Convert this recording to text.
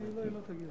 היא לא תגיע.